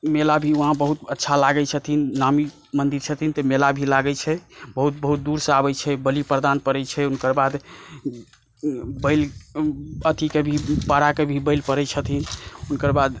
मेला भी वहाँ बहुत अच्छा लागै छथिन नामी मन्दिर छथिन तऽ मेला भी लागै छै बहुत बहुत दूरसँ आबै छै बलि प्रदान पड़ै छै बलि एथी पाड़ाकेँ भी बलि पड़ै छथिन हुनकर बाद